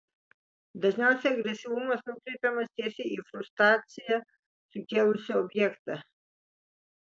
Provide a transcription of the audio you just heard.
dažniausiai agresyvumas nukreipiamas tiesiai į frustraciją sukėlusį objektą